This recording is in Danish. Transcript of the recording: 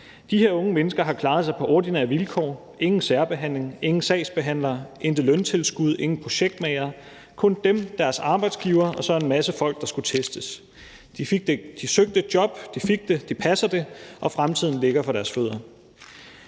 De her unge mennesker har klaret sig på ordinære vilkår: Der var ingen særbehandling, ingen sagsbehandlere, intet løntilskud, ingen projektmagere – kun dem, deres arbejdsgivere og så en masse folk, der skulle testes. De søgte et job, de fik det, de passer det, og fremtiden ligger for deres fødder.